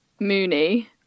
Mooney